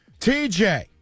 TJ